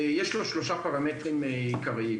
יש לו שלושה פרמטרים עיקריים.